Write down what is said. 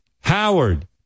Howard